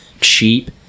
cheap